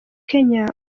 kenya